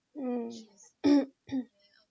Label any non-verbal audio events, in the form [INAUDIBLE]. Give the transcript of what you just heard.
mm [COUGHS]